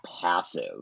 passive